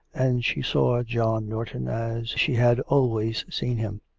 and she saw john norton as she had always seen him.